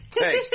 Thanks